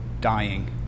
dying